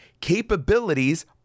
Capabilities